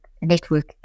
network